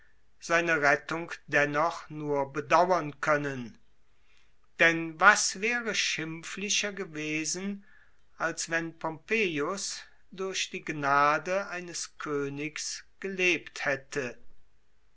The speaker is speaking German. seine rettung dennoch nur bedauern können denn was wäre schimpflicher gewesen als wenn pompejus durch die gnade eines königs gelebt hätte